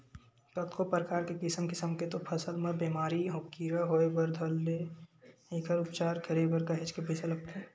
कतको परकार के किसम किसम के तो फसल म बेमारी अउ कीरा होय बर धर ले एखर उपचार करे बर काहेच के पइसा लगथे